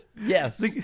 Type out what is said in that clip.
yes